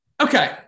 okay